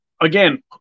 again